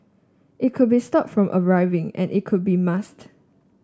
it could be stopped from arriving and it could be masked